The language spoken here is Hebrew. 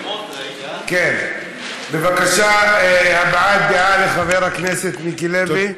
כן, בבקשה, הבעת דעה לחבר הכנסת מיקי לוי.